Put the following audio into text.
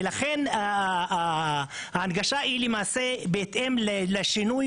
ולכן ההנגשה היא למעשה בהתאם לשינוי